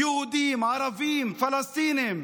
יהודים, ערבים, פלסטינים,